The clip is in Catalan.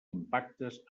impactes